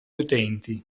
utenti